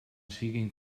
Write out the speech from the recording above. siguin